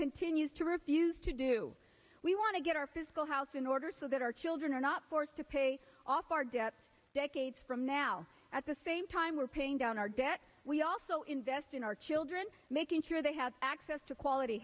continues to refuse to do we want to get our fiscal house in order so that our children are not forced to pay off our debt decades from now at the same time we're paying down our debt we also invest in our children making sure they have access to quality